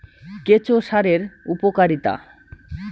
কেঁচো সারের উপকারিতা?